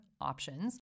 options